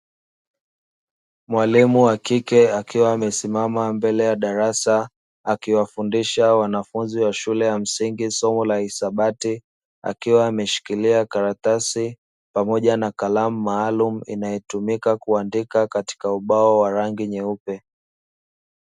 Mwalimu wa kike akiwa amesimama mbele ya darasa, akiwafundisha wanafunzi wa shule ya msingi somo la hisabati, akiwa ameshikilia karatasi pamoja na kalamu maalumu inayotumika kuandika katika ubao wa rangi nyeupe.